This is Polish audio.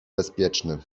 bezpieczny